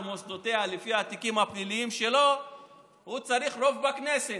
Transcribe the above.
מוסדותיה לפי התיקים הפליליים שלו הוא צריך רוב בכנסת.